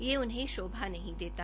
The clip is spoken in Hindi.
यह उन्हें शोभा नहीं देता